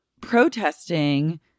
protesting